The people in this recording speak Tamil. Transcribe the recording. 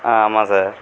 ஆ ஆமாம் சார்